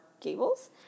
Gables